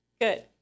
Good